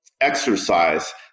exercise